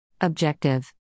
Objective